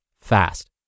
fast